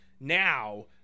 now